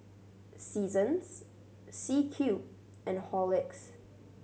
Seasons C Cube and Horlicks